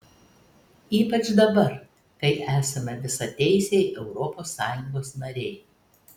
ypač dabar kai esame visateisiai europos sąjungos nariai